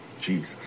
Jesus